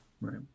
Right